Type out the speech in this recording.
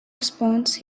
response